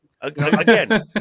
Again